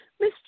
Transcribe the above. Miss